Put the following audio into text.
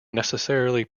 necessarily